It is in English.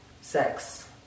sex